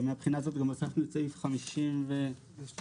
מהבחינה הזאת גם הוספנו את סעיף 59 לדעתי,